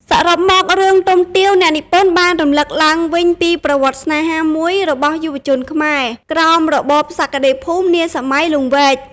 សរុបមករឿងទុំទាវអ្នកនិពន្ធបានរំលឹកឡើងវិញពីប្រវត្តិស្នេហាមួយរបស់យុវជនខ្មែរ ក្រោមរបបសក្តិភូមិនាសម័យលង្វែក ។